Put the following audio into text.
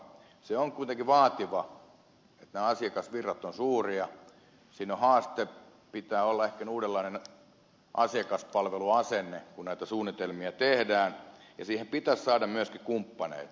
se on kuitenkin vaativa ne asiakasvirrat ovat suuria siinä on haaste pitää ehkä olla uudenlainen asiakaspalveluasenne kun näitä suunnitelmia tehdään ja siihen pitäisi saada myöskin kumppaneita